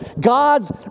God's